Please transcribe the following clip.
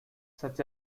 such